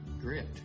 grit